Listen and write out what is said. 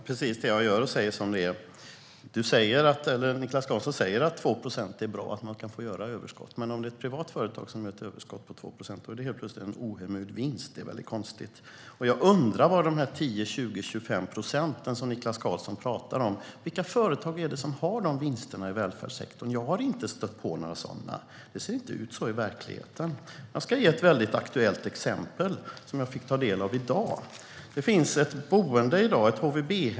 Herr talman! Det är precis vad jag gör. Jag säger som det är. Niklas Karlsson säger att det går bra att få 2 procent i överskott. Men om ett privat företag får ett överskott på 2 procent är det helt plötsligt en ohemul vinst. Det är mycket konstigt. Jag undrar vilka företag som får de 10, 20, 25 procenten i vinster i välfärdssektorn som Niklas Karlsson pratar om. Jag har inte stött på några sådana. Det ser inte ut så i verkligheten. Jag ska ge ett aktuellt exempel som jag fick ta del av i dag.